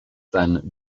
then